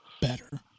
better